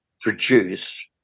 produce